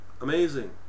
amazing